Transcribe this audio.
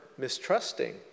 mistrusting